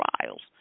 trials